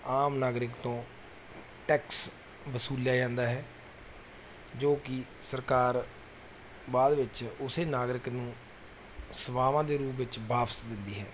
ਆਮ ਨਾਗਰਿਕ ਤੋਂ ਟੈਕਸ ਵਸੂਲਿਆ ਜਾਂਦਾ ਹੈ ਜੋ ਕਿ ਸਰਕਾਰ ਬਾਅਦ ਵਿੱਚ ਉਸ ਨਾਗਰਿਕ ਨੂੰ ਸੇਵਾਵਾਂ ਦੇ ਰੂਪ ਵਿੱਚ ਵਾਪਿਸ ਦਿੰਦੀ ਹੈ